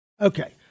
Okay